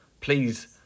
Please